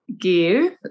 give